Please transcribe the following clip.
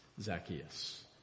Zacchaeus